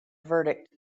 verdict